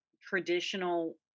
traditional